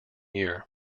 year